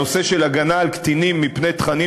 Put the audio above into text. הנושא של הגנה על קטינים מפני תכנים